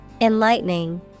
Enlightening